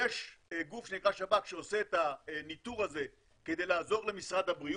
יש גוף שנקרא שב"כ שעושה את הניטור הזה כדי לעזור למשרד הבריאות,